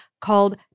called